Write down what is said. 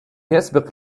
يسبق